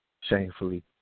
shamefully